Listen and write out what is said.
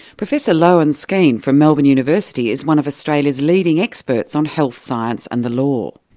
professor loane skene from melbourne university is one of australia's leading experts on health science and the law.